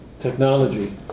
technology